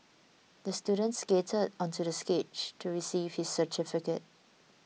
the student skated onto the stage to receive his certificate